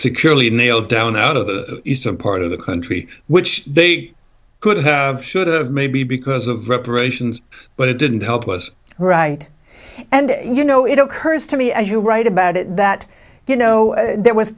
securely in the old down out of the eastern part of the country which they could have should have maybe because of reparations but it didn't help was right and you know it occurs to me i who write about it that you know